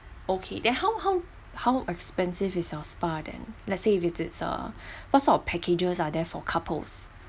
okay then how how how expensive is your spa then let's say if it's a what sort of packages are there for couples